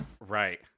Right